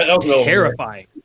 terrifying